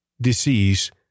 disease